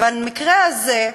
ובמקרה הזה,